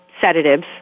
sedatives